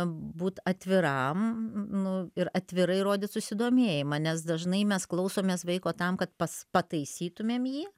būt atviram nu ir atvirai rodyt susidomėjimą nes dažnai mes klausomės vaiko tam kad pas pataisytumėm jį